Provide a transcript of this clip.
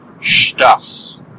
stuffs